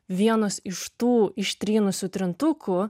vienos iš tų ištrynusių trintukų